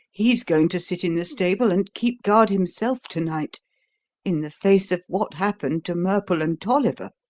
he's going to sit in the stable and keep guard himself to-night in the face of what happened to murple and tolliver.